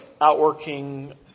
outworking